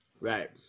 Right